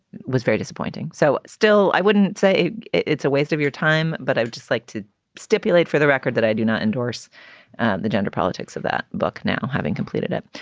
was very disappointing. so still, i wouldn't say it's a waste of your time, but i would just like to stipulate for the record that i do not endorse the gender politics of that book. now having completed it.